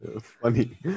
Funny